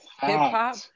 Hip-hop